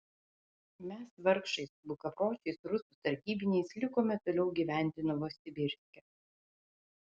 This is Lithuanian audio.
mes vargšai su bukapročiais rusų sargybiniais likome toliau gyventi novosibirske